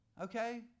Okay